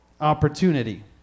opportunity